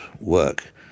work